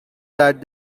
that